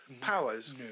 powers